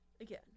again